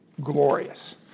glorious